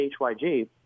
HYG